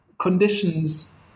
conditions